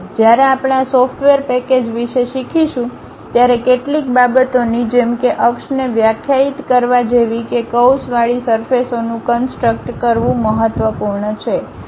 જ્યારે આપણે આ સોફ્ટવેર પેકેજ વિશે શીખીશું ત્યારે કેટલીક બાબતોની જેમ કે અક્ષને વ્યાખ્યાયિત કરવા જેવી કે કર્વ્સવાળી સરફેસ ઓનું કન્સટ્રક્ કરવું મહત્વપૂર્ણ છે